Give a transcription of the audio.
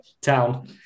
town